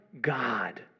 God